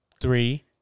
Three